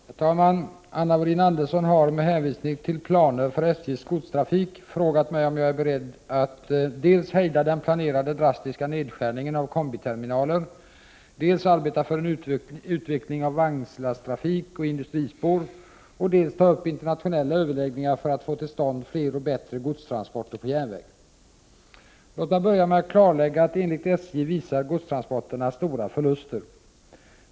Herr talman! Anna Wohlin-Andersson har, med hänvisning till planer för SJ:s godstrafik, frågat mig om jag är beredd att dels hejda den planerade drastiska nedskärningen av kombiterminaler, dels arbeta för en utveckling av vagnslasttrafik och industrispår, dels ta upp internationella överläggningar för att få till stånd fler och bättre godstransporter på järnväg. Låt mig börja med att klarlägga att enligt SJ visar godstransporterna stora förluster.